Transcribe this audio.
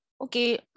okay